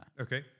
Okay